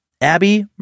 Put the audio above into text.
Abby